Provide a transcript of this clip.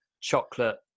chocolate